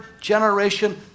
generation